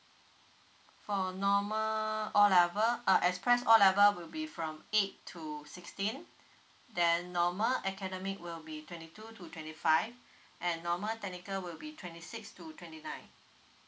for normal O level uh express O level will be from eight to sixteen then normal academic will be twenty two to twenty five and normal technical will be twenty six to twenty nine